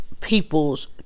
people's